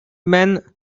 men